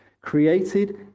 Created